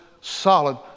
solid